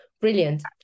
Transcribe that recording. brilliant